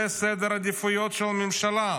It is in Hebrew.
זה סדר העדיפויות של הממשלה.